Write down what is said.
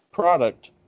product